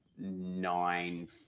Nine